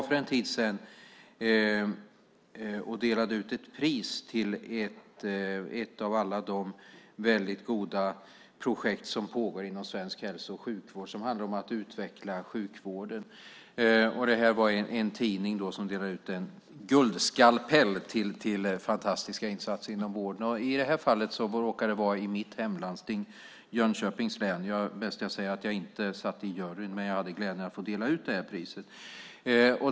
För en tid sedan delade jag ut ett pris till ett av alla de väldigt goda projekt som pågår inom svensk hälso och sjukvård som handlar om att utveckla sjukvården. Det var en tidning som delade ut en guldskalpell för fantastiska insatser inom vården. I det här fallet råkade det vara i mitt hemlandsting Jönköpings län. Det är bäst att jag talar om att jag inte satt i juryn, men jag hade glädjen att få dela ut priset.